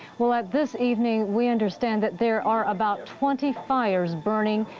well at this evening, we understand that there are about twenty fires burning,